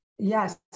Yes